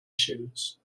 shoes